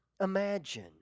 imagine